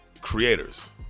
Creators